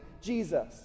Jesus